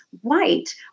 white